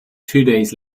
days